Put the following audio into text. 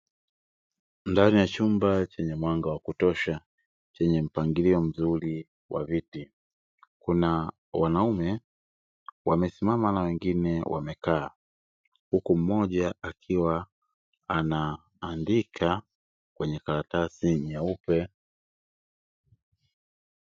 Ndani ya chumba chenye mwanga wa kutosha chenye mpangilio mzuri wa viti, kuna wanaume wamesimama na wengine wamekaa huku mmoja akiwa anaandika kwenye karatasi nyeupe.